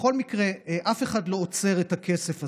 בכל מקרה, אף אחד לא עוצר את הכסף הזה.